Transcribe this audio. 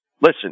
listen